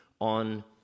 on